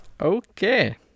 Okay